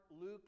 Luke